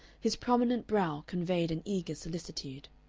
his prominent brow conveyed an eager solicitude.